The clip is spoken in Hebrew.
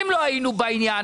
אם לא היינו בעניין,